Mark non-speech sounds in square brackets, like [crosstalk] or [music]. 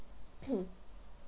[coughs]